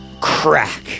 crack